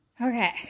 Okay